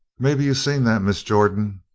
maybe you seen that, miss jordan?